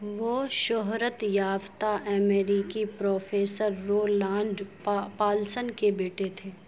وہ شہرت یافتہ امریکی پروفیسر رونالڈ پالسن کے بیٹے تھے